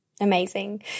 Amazing